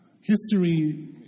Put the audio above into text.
History